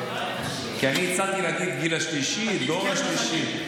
כי אני הצעתי להגיד "הגיל השלישי", "הדור השלישי".